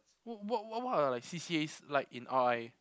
what what what are like C_C_As like in R_I